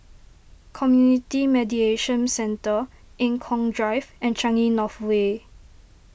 Community Mediation Centre Eng Kong Drive and Changi North Way